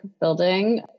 building